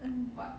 mm